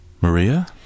Maria